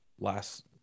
last